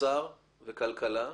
אוצר וכלכלה.